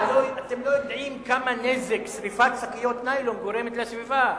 אתם לא יודעים כמה נזק שרפת שקיות ניילון גורמת לסביבה,